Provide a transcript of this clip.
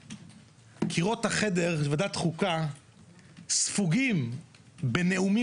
קירות החדר של ועדת חוקה ספוגים בנאומים